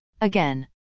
Again